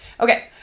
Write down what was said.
Okay